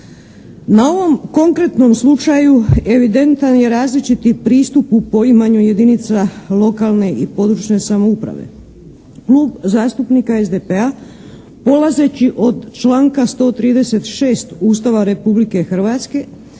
Na ovom konkretnom slučaju evidentan je različiti pristup u poimanju jedinica lokalne i područne samouprave. Klub zastupnika SDP-a polazeći od članka 136. Ustava Republike Hrvatske